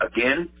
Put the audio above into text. Again